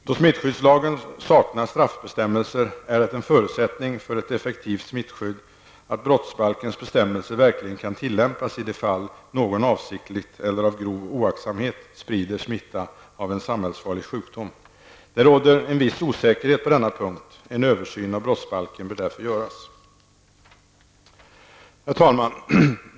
Då smittskyddslagen saknar straffbestämmelser, är det en förutsättning för ett effektivt smittskydd att brottsbalkens bestämmelser verkligen kan tillämpas i de fall där någon avsiktigt eller av grov oaktsamhet sprider smitta av en samhällsfarlig sjukdom. Det råder en viss osäkerhet på denna punkt. En översyn av brottsbalken bör därför göras.